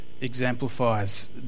exemplifies